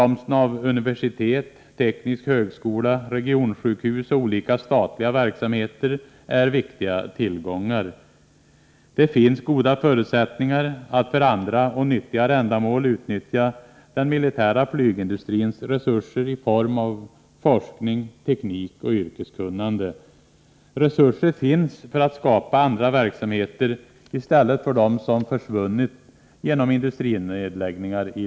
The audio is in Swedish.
Universitet, teknisk högskola, regionsjukhus och olika statliga verksamheter är viktiga tillgångar. Det finns goda förutsättningar att för andra och nyttigare ändamål utnyttja den militära flygindustrins resurser i form av forskning, teknik och yrkeskunnande. Resurser finns för att skapa andra verksamheter i länet i stället för dem som försvunnit genom industrinedläggningar.